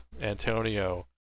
Antonio